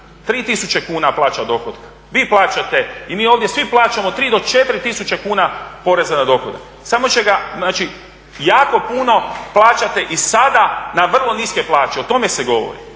kuna plaća dohotke, vi plaćate, i mi ovdje svi plaćamo 3 do 4 tisuće kuna poreza na dohodak, samo će ga, znači jako puno plaćate i sada na vrlo niske plaće. O tome se govori.